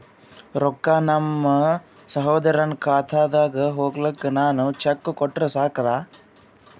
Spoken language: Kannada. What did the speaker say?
ರೊಕ್ಕ ನಮ್ಮಸಹೋದರನ ಖಾತಕ್ಕ ಹೋಗ್ಲಾಕ್ಕ ನಾನು ಚೆಕ್ ಕೊಟ್ರ ಸಾಕ್ರ?